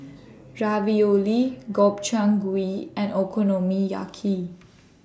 Ravioli Gobchang Gui and Okonomiyaki